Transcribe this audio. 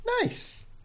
Nice